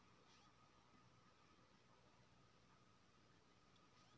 जाल धातु आ नॉयलान दुनु केर बनल होइ छै